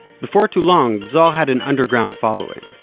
before too long, zohar had an underground following.